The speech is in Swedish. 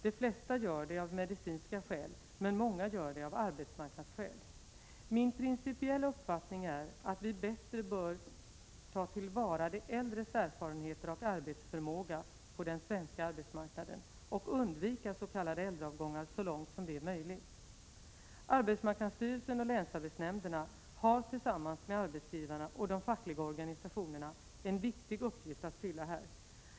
De flesta gör det av medicinska skäl, men många gör det av arbetsmarknadsskäl. Min principiella uppfattning är att vi bättre bör ta till vara de äldres erfarenheter och arbetsförmåga på den svenska arbetsmarknaden och undvika s.k. äldreavgångar så långt som det är möjligt. Arbetsmarknadsstyrelsen och länsarbetsnämnderna har här tillsammans med arbetsgivarna och de fackliga organisationerna en viktig uppgift att fylla.